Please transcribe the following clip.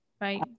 right